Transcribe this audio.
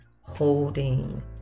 holding